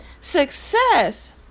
Success